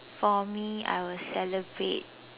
for me I will celebrate